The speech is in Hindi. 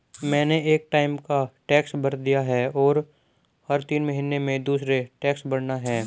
मैंने एक टाइम का टैक्स भर दिया है, और हर तीन महीने में दूसरे टैक्स भरना है